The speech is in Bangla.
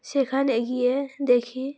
সেখানে গিয়ে দেখি